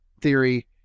theory